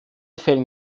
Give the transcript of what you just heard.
fällen